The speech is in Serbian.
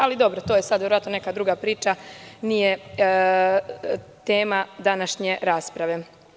Ali, dobro, to je sada neka druga priča, nije tema današnje rasprave.